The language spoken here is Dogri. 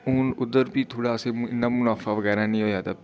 हून उद्धर फ्ही थोह्ड़ा असें इन्ना मुनाफा बगैरा नेईं होआ